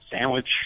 sandwich